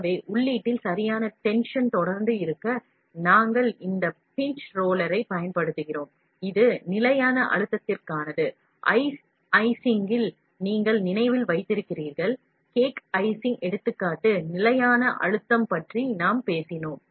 எனவே உள்ளீடில் சரியான tension தொடர்ந்து இருக்க நாம் இந்த பிஞ்ச் ரோலரைப் பயன்படுத்துகிறோம் இது நிலையான அழுத்தத்திற்கானது icing நீங்கள் நினைவில் வைத்திருப்பீர்கள் கேக் ஐசிங் எடுத்துக்காட்டு நிலையான அழுத்தத்தைப் பற்றி நாம் பேசினோம்